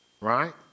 right